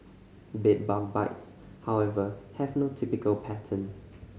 bed bug bites however have no typical pattern